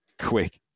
quick